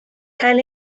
cael